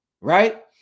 right